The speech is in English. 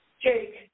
Jake